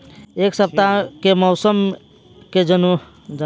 एक सपताह के मौसम के जनाकरी चाही हमरा